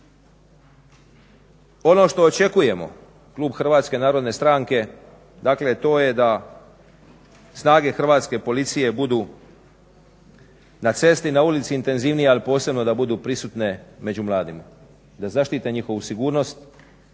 Ono što očekujemo klub HNS-a dakle to je da snage hrvatske policije budu na cesti i na ulici intenzivnije ali posebno da budu prisutne među mladima, da zaštite njihovu sigurnost